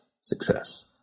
success